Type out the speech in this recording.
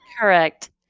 Correct